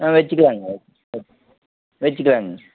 ஆ வச்சுக்கிலாங்க வச்சுக்கிலாங்க